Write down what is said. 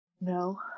No